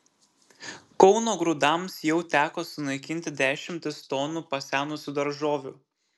kauno grūdams jau teko sunaikinti dešimtis tonų pasenusių daržovių